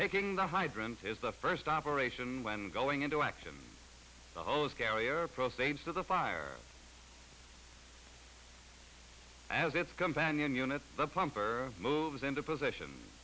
taking the hydrant is the first operation when going into action the hose carrier proceeds to the fire as its companion unit the plumper moves into position